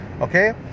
okay